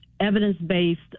evidence-based